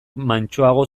mantsoago